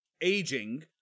aging